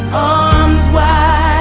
arms wide